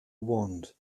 wand